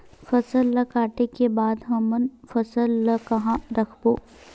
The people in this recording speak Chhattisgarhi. फसल ला काटे के बाद हमन फसल ल कहां रखबो?